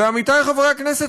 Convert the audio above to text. ועמיתי חברי הכנסת,